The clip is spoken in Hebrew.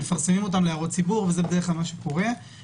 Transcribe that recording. מפרסמים אותם להערות ציבור וזה מה שקורה בדרך כלל.